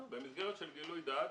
במסגרת של גילוי דעת,